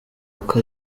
uko